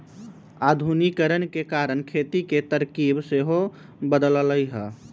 आधुनिकीकरण के कारण खेती के तरकिब सेहो बदललइ ह